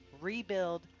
rebuild